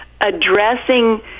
addressing